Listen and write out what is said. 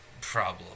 problem